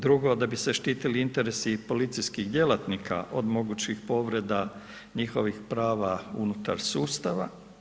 Drugo da bi se štiti interesi i policijskih djelatnika od mogućih povreda njihovih prava unutar sustava.